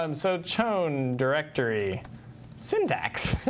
um so chown directory syntax.